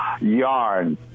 yarn